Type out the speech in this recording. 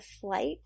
flight